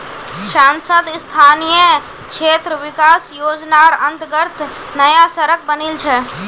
सांसद स्थानीय क्षेत्र विकास योजनार अंतर्गत नया सड़क बनील छै